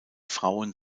frauen